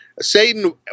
Satan